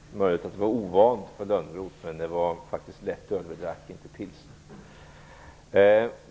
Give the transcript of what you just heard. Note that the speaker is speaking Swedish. Herr talman! Det är möjligt att det var ovant för Lönnroth, men det var faktiskt lättöl vi drack och inte pilsner.